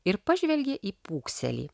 ir pažvelgė į pūkselį